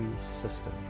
system